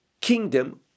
kingdom